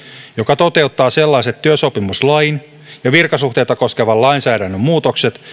joka toteuttaa sellaiset työsopimuslain ja virkasuhteita koskevan lainsäädännön muutokset